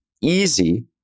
easy